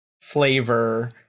flavor